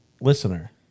listener